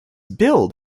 billed